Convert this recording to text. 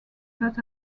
but